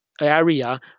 area